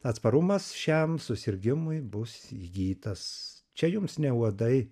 atsparumas šiam susirgimui bus įgytas čia jums ne uodai